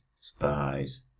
spies